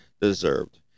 deserved